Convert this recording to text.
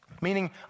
Meaning